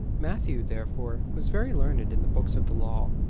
matthew, therefore, was very learned in the books of the law,